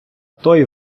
той